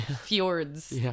fjords